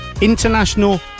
international